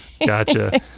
Gotcha